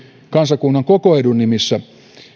kansakunnan edun nimissä pitäisi